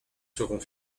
seront